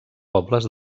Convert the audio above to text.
pobles